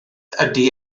ydy